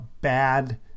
bad